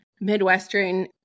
Midwestern